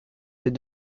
des